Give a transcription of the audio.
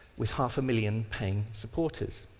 with half a million paying supporters.